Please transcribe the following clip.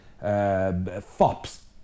fops